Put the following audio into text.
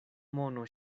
mono